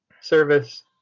service